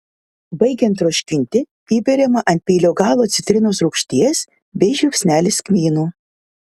baigiant troškinti įberiama ant peilio galo citrinos rūgšties bei žiupsnelis kmynų